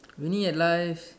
winning at life